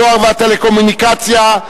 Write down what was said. הדואר והטלקומוניקציה,